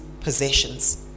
possessions